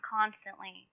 constantly